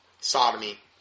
Sodomy